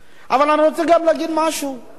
ממשלות ישראל משתמשות,